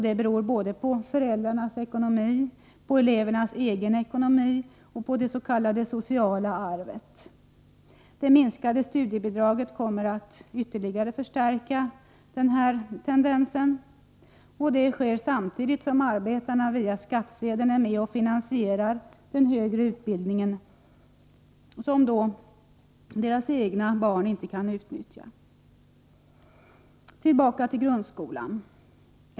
Det beror både på föräldrarnas ekonomi, på elevernas egen ekonomi och på det s.k. sociala arvet. Det minskade studiebidraget kommer att ytterligare förstärka denna tendens. Det sker samtidigt som arbetarna via skattsedeln är med och finansierar den högre utbildningen — som deras egna barn inte kan uttnyttja. Tillbaka till grundskolan!